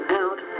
out